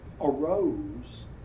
arose